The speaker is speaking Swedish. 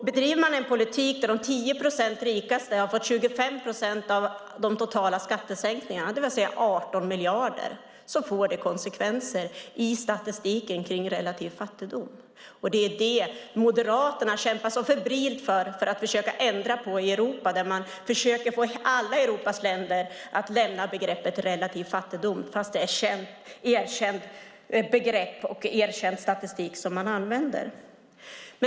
Bedriver man en politik där de 10 rikaste procenten har fått 25 procent av de totala skattesänkningarna, det vill säga 18 miljarder, så får det konsekvenser i statistiken kring relativ fattigdom. Det är detta Moderaterna kämpar så febrilt med att försöka ändra på i Europa. Man försöker få alla Europas länder att lämna begreppet "relativ fattigdom" fastän det är ett erkänt begrepp och en erkänd statistik man använder.